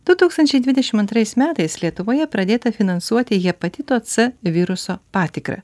du tūkstančiai dvidešimt antrais metais lietuvoje pradėta finansuoti hepatito c viruso patikrą